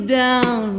down